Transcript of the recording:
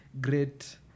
great